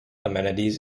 amenities